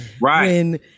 Right